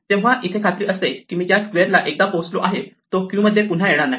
तेव्हा इथे खात्री असते की ज्या स्क्वेअरला एकदा पोहोचलो आहे तो क्यू मध्ये पुन्हा येणार नाही